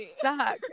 suck